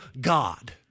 God